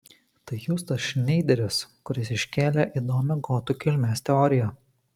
tai jūs tas šneideris kuris iškėlė įdomią gotų kilmės teoriją